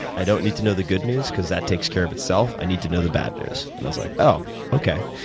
i don't need to know the good news because that takes care of itself. i need to know the bad news. and i was like, oh, okay.